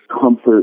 comfort